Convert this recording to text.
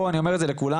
פה אני אומר את זה לכולם,